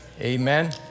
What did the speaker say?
Amen